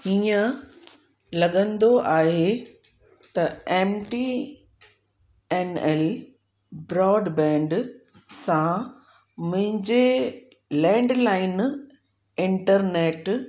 हीअं लॻंदो आहे त M T N L broadband सां मुंहिंजे लैंडलाइन इंटरनेट